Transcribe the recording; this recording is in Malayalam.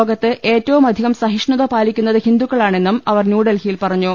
ലോകത്ത് ഏറ്റവും അധികം സഹി ഷ്ണുത പാലിക്കുന്നത് ഹിന്ദുക്കളാണെന്നും അവർ ന്യൂഡൽഹിയിൽ പറഞ്ഞു